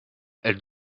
elles